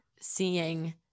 seeing